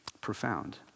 Profound